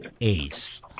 ace